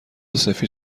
سفید